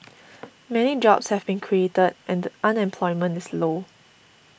many jobs have been created and unemployment is low